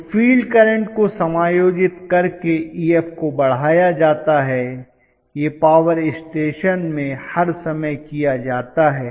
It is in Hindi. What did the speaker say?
तो फील्ड करंट को समायोजित करके Ef को बढ़ाया जाता है यह पावर स्टेशन में हर समय किया जाता है